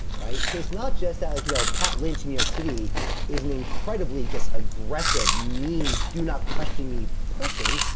right. so it's not just that like, you know, pat lynch in york city is an incredibly just aggressive mean do not question me person.